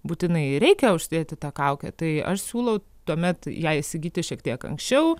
būtinai reikia užsidėti tą kaukę tai aš siūlau tuomet ją įsigyti šiek tiek anksčiau